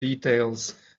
details